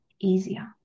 easier